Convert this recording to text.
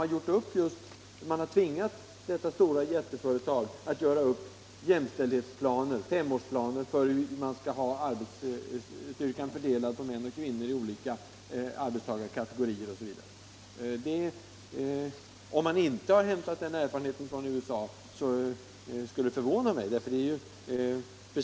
Man har tvingat detta jätteföretag att göra upp jämställdhetsplaner — femårsplaner — för hur arbetsstyrkan skall vara fördelad på män och kvinnor i olika arbetstagarkategorier osv.